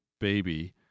baby